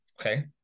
okay